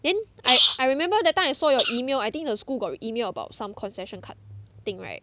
then I I remember that time I saw your email I think the school got email about some concession card thing right